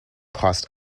cost